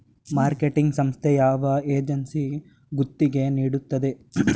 Marketing ಸಂಸ್ಥೆ ಯಾವ ಏಜೆನ್ಸಿಗೆ ಗುತ್ತಿಗೆ ನೀಡುತ್ತದೆ?